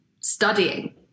studying